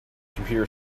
computer